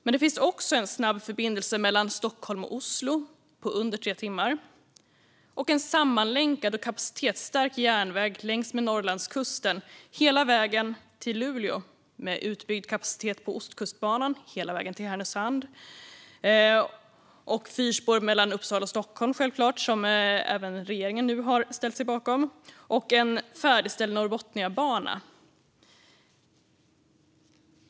Men det finns också en snabb förbindelse mellan Stockholm och Oslo på under tre timmar och en sammanlänkad och kapacitetsstark järnväg längs med Norrlandskusten hela vägen till Luleå med utbyggd kapacitet på Ostkustbanan hela vägen till Härnösand och självklart fyrspår mellan Uppsala och Stockholm, vilket även regeringen nu har ställt sig bakom, och en färdigställd Norrbotniabana.